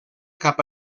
cap